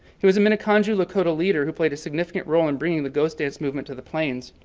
he was a minneconjou lakota leader who played a significant role in bringing the ghost dance movement to the plains.